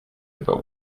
but